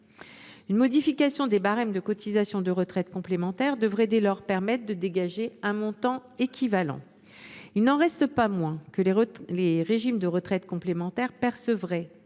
Une modification des barèmes applicables aux cotisations de retraite complémentaire devrait permettre de dégager un montant équivalent. Il n’en reste pas moins que les régimes de retraite complémentaire percevraient